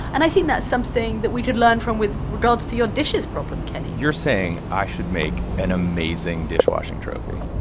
and i think that's something that we could learn from with regards to your dishes problem, kenny you're saying i should make an amazing dishwashing trophy.